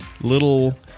little